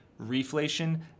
reflation